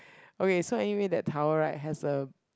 okay so anyway that tower right has a